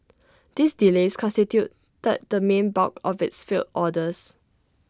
these delays constituted the main bulk of its failed orders